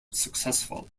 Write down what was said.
successful